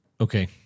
okay